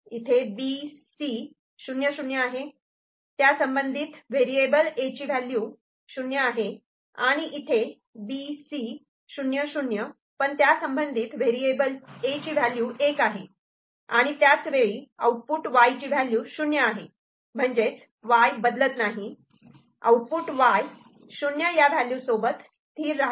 इथे B C 0 0 आहे त्या संबंधित व्हेरिएबल 'A' ची व्हॅल्यू '0' आहे आणि इथे B C 0 0 पण त्या संबंधित व्हेरिएबल 'A' ची व्हॅल्यू '1' आहे त्याच वेळी आउटपुट Y ची व्हॅल्यू '0' आहे म्हणजेच Y बदलत नाही आउटपुट Y '0' या व्हॅल्यू सोबत स्थिर राहते